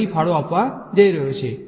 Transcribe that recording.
ફરી ફાળો આપવા જઈ રહ્યો છે